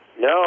No